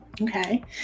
Okay